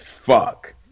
fuck